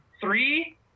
three